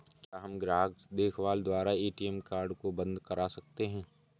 क्या हम ग्राहक देखभाल द्वारा ए.टी.एम कार्ड को बंद करा सकते हैं?